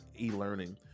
e-learning